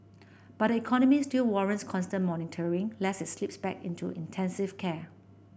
but the economy still warrants constant monitoring lest it slip back into intensive care